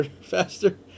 faster